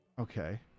Okay